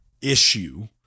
issue